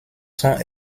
sont